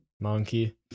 monkey